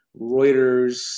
Reuters